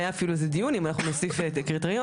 היה אפילו על זה דיון אם אנחנו נוסיף את הקריטריון,